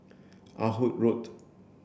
Ah Hood Road